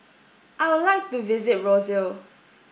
I would like to visit Roseau